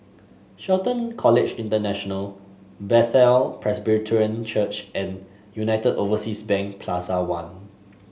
Shelton College International Bethel Presbyterian Church and United Overseas Bank Plaza One